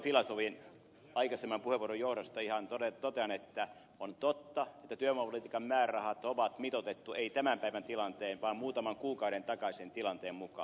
filatovin aikaisemman puheenvuoron johdosta totean että on totta että työvoimapolitiikan määrärahat on mitoitettu ei tämän päivän tilanteen vaan muutaman kuukauden takaisen tilanteen mukaan